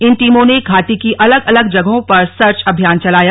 इन टीमों ने घाटी की अलग अलग जगहों पर सर्च अभियान चलाया